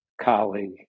colleague